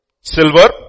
silver